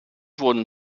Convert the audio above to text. wurden